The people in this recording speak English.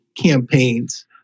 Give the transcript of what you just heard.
campaigns